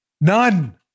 None